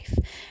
life